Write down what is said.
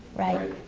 right?